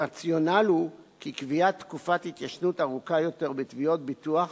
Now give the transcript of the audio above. הרציונל הוא שקביעת תקופת התיישנות ארוכה יותר בתביעות ביטוח